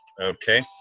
okay